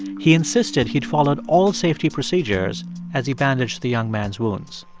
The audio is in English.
he insisted he'd followed all safety procedures as he bandaged the young man's wounds.